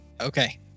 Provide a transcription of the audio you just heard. okay